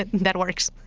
that works.